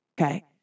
okay